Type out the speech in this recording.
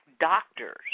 doctors